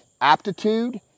aptitude